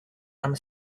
amb